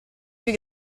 più